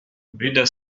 weder